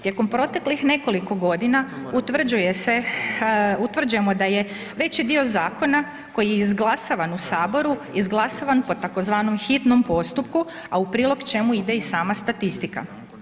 Tijekom proteklih nekoliko godina utvrđuje se, utvrđujemo da je veći dio zakona koji je izglasavan u saboru, izglasavan po tzv. hitno postupku, a u prilog čemu ide i sama statistika.